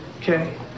Okay